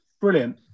brilliant